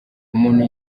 umuntu